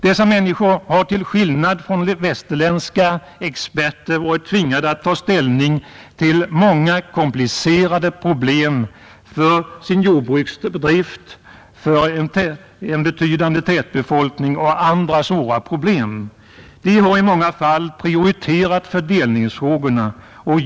Dessa människor har till skillnad från västerländska experter varit tvingade att taga ställning till många komplicerade problem för sin jordbruksdrift, för en betydande tätbefolkning och andra svåra problem. De har i många fall prioriterat fördelningsfrågorna.